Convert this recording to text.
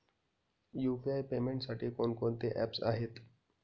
UPI पेमेंटसाठी कोणकोणती apps आहेत?